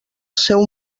seu